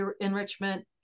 enrichment